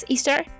Easter